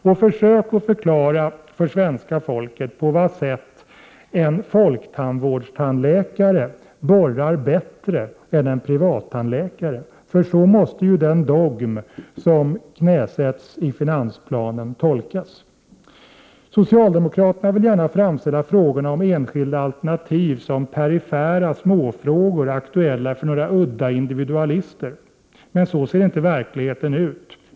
Och försök att förklara för svenska folket på vad sätt en tandläkare i folktandvården borrar bättre än en privattandläkare, för så måste ju den dogm som knäsätts i finansplanen tolkas. Socialdemokraterna vill gärna framställa frågorna om enskilda alternativ som perifera småfrågor, aktuella för några udda individualister. Men så ser inte verkligheten ut.